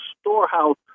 storehouse